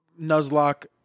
Nuzlocke